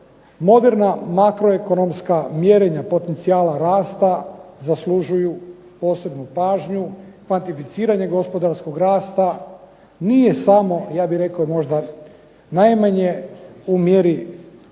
Moderna makroekonomska mjerenja potencijala rasta zaslužuju posebnu pažnju, kvantificiranje gospodarskog rasta nije samo ja bih rekao možda najmanje u mjeri